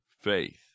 faith